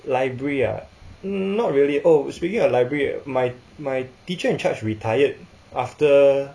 library ah not really oh speaking of library my my teacher in-charge retired after